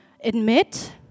admit